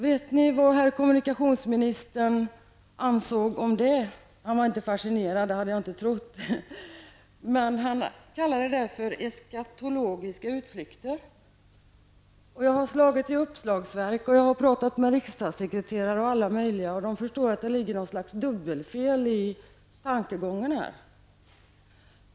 Vet ni vad herr kommunikationsministern ansåg om det? Han var inte fascinerad -- det hade jag inte trott heller -- men han kallade det för eskatologiska utflykter. Jag har slagit i uppslagsverk, och jag har pratat med riksdagssekreterare och alla möjliga om det, och de tror att det här föreligger något slags dubbelfel i tankegången.